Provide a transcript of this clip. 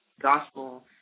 gospel